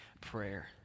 prayer